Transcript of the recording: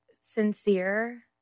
Sincere